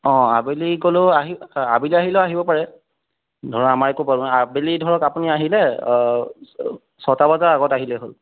অঁ আবেলি গ'লেও আহি আবেলি আহিলেও আহিব পাৰে ধৰা আমাৰ একো প্ৰব্লেম আবেলি ধৰক আপুনি আহিলে ছটা বজাৰ আগত আহিলেই হ'ল